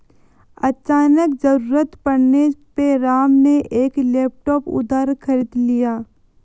अचानक ज़रूरत पड़ने पे राम ने एक लैपटॉप उधार खरीद लिया